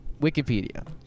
Wikipedia